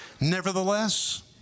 Nevertheless